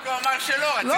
רק הוא אמר שלא, לא.